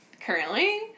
currently